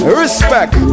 respect